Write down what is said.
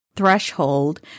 threshold